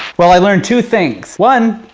well, i learned two things, one,